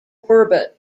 orbit